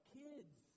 kids